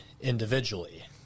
individually